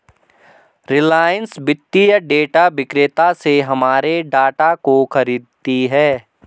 रिलायंस वित्तीय डेटा विक्रेता से हमारे डाटा को खरीदती है